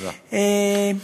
תודה רבה.